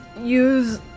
use